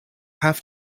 have